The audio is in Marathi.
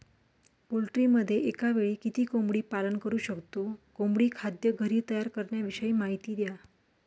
पोल्ट्रीमध्ये एकावेळी किती कोंबडी पालन करु शकतो? कोंबडी खाद्य घरी तयार करण्याविषयी माहिती द्या